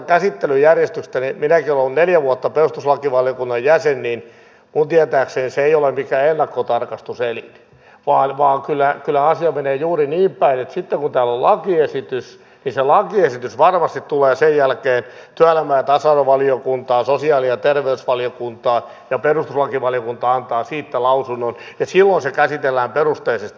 minäkin olen ollut neljä vuotta perustuslakivaliokunnan jäsen ja minun tietääkseni se ei ole mikään ennakkotarkastuselin vaan kyllä asia menee juuri niinpäin että sitten kun täällä on lakiesitys se lakiesitys varmasti tulee sen jälkeen työelämä ja tasa arvovaliokuntaan sosiaali ja terveysvaliokuntaan ja perustuslakivaliokunta antaa siitä lausunnon ja silloin se käsitellään perusteellisesti